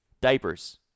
diapers